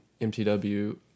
MTW